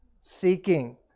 seeking